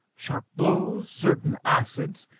sharp blows. certain acids.